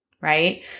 Right